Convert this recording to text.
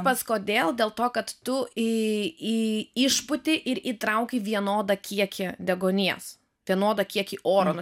vat kodėl dėl to kad tu į į išpūti ir įtrauki vienodą kiekį deguonies vienodą kiekį oro